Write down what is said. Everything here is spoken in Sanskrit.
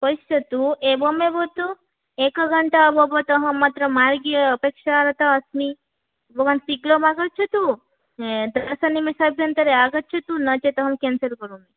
पश्यतु एवमेव तु एकघण्टा अभवत् अहमत्र मार्गे अपेक्षारता अस्मि भवान् शीघ्रम् आगच्छतु दशनिमेषाभ्यन्तरे आगच्छतु नोचेत् अहं केन्सल् करोमि